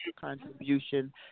contribution